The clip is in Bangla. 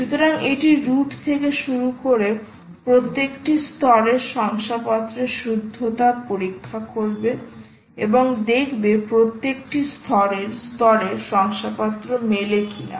সুতরাং এটি রুট থেকে শুরু করে প্রত্যেকটি স্তরের শংসাপত্রের শুদ্ধতা পরীক্ষা করবে এবং দেখবে প্রত্যেকটি স্তরের শংসাপত্র মেলে কিনা